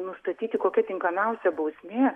nustatyti kokia tinkamiausia bausmė